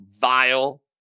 vile